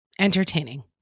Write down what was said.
entertaining